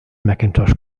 macintosh